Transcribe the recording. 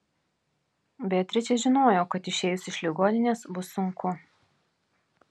beatričė žinojo kad išėjus iš ligoninės bus sunku